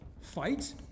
fight